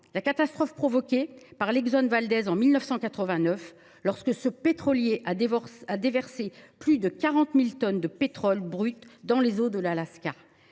la catastrophe provoquée par l’ en 1989, lorsque ce pétrolier déversa plus de 40 000 tonnes de pétrole brut dans les eaux de l’Alaska.